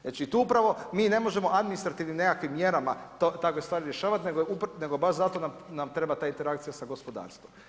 Znači tu upravo mi ne možemo nekakvim administrativnim nekakvim mjerama takve stvari rješavat nego baš zato nam treba ta interakcija sa gospodarstvom.